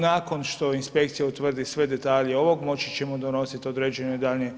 Nakon što inspekcija utvrdi sve detalje ovog moći ćemo donositi određene daljnje sudove.